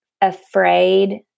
afraid